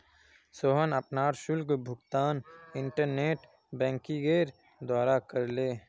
सोहन अपनार शुल्क भुगतान इंटरनेट बैंकिंगेर द्वारा करले